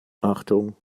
achtung